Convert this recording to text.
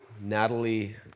Natalie